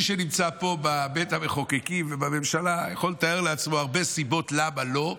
מי שנמצא פה בבית המחוקקים ובממשלה יכול לתאר לעצמו הרבה סיבות למה לא,